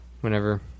Whenever